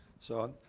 so,